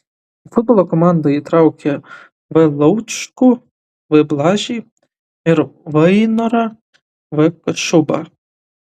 į futbolo komandą įtraukė v laučkų v blažį r vainorą v kašubą